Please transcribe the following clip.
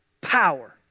power